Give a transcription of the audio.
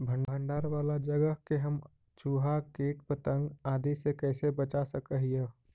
भंडार वाला जगह के हम चुहा, किट पतंग, आदि से कैसे बचा सक हिय?